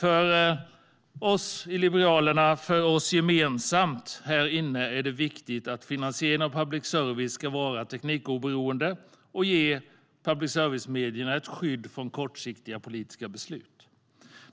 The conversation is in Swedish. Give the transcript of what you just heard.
För oss i Liberalerna och för oss gemensamt här inne är det viktigt att finansieringen av public service ska vara teknikoberoende och ge public service-medierna ett skydd från kortsiktiga politiska beslut.